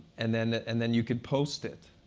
and then and then you could post it.